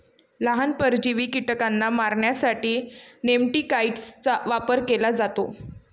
लहान, परजीवी कीटकांना मारण्यासाठी नेमॅटिकाइड्सचा वापर केला जातो